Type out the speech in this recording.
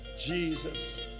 Jesus